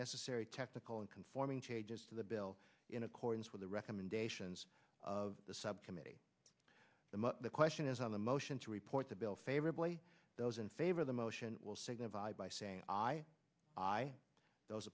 necessary technical and conforming changes to the bill in accordance with the recommendations of the subcommittee the question is on the motion to report the bill favorably those in favor of the motion will signify by saying i i those